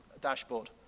dashboard